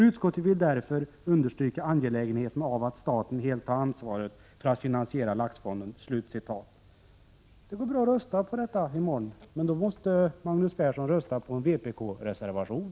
Utskottet vill därför understryka angelägenheten av att staten helt tar ansvaret för att finansiera Laxfonden.” Det går bra att rösta på detta. Men då måste Magnus Persson rösta på en vpk-reservation.